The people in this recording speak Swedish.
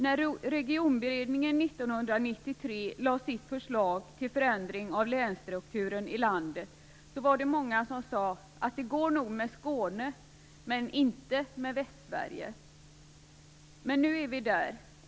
När regionberedningen 1993 lade fram sitt förslag till förändring av länsstrukturen i landet var det många som sade att det nog går med Skåne, men inte med Västsverige. Men nu är vi där.